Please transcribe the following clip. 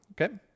Okay